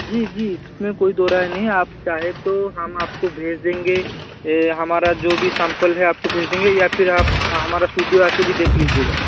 जी जी इस में कोई दो राय नहीं हैं आप चाहें तो हम आप को भेज देंगे हमारा जो भी सैंपल है आपको भेज देंगे या फिर आप हमारा स्टूडियो आकर भी देख लीजिएगा